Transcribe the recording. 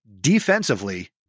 defensively